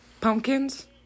Pumpkins